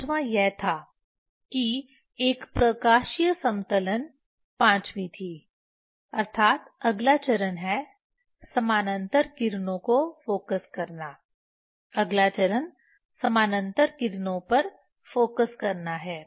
पांचवां यह था कि एक प्रकाशीय समतलन पांचवीं थी अर्थात अगला चरण है समानांतर किरणों को फोकस करना अगला चरण समानांतर किरणों पर फोकस करना है